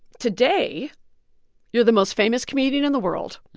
today you're the most famous comedian in the world.